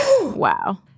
Wow